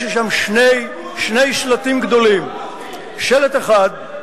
יש לי שם שני שלטים גדולים, לך לברגותי.